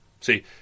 See